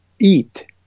Eat